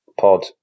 pod